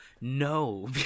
no